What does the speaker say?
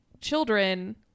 children